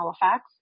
Halifax